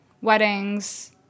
weddings